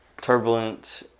turbulent